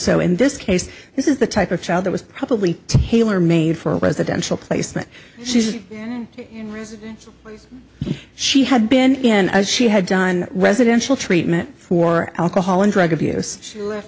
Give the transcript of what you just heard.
so in this case this is the type of child that was probably tailor made for residential placement she says she had been in as she had done residential treatment for alcohol and drug abuse